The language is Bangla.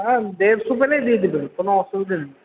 হ্যাঁ দেড়শো পেলেই দিয়ে দেবে কোনও অসুবিধা নেই